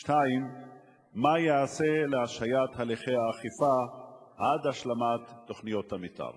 2. מה ייעשה להשהיית הליכי האכיפה עד השלמת תוכניות המיתאר?